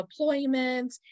deployments